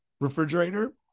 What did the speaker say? refrigerator